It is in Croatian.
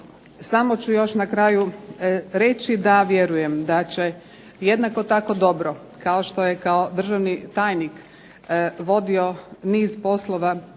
samo ću još na kraju reći da vjerujem da će jednako tako dobro kao što je kao državni tajnik vodio niz poslova